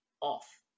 off